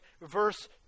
verse